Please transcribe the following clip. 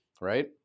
right